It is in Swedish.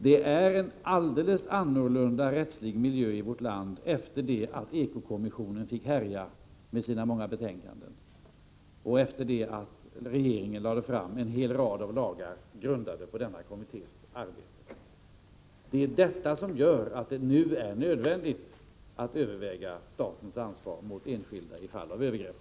Det är en alldeles annorlunda rättslig miljö i vårt land efter det att ekokommissionen fick härja fritt med sina många betänkanden och efter det att regeringen lade fram en hel rad lagförslag grundade på denna kommissions arbete. Det är detta som gör att det nu är nödvändigt att överväga statens ansvar mot enskilda i fall av övergrepp.